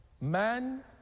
man